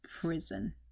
prison